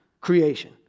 creation